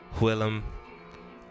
Willem